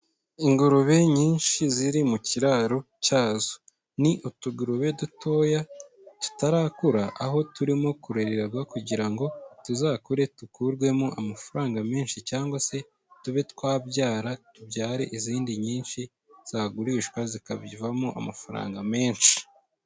Ingurube nyinshi ziri mu kiraro cyazo, ni utugurube dutoya tutarakura aho turimo kurererwa kugira ngo tuzakure dukurwemo amafaranga menshi cyangwa se tube twabyara tubyare izindi nyinshi zagurishwa zikabyibamo amafaranga menshi.